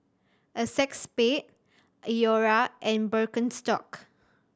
Acexspade Iora and Birkenstock